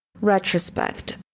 Retrospect